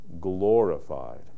glorified